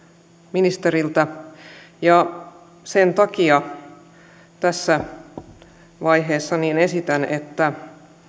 ministeriltä ja sen takia tässä vaiheessa esitän että